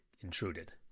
intruded